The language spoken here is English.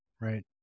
Right